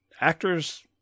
Actors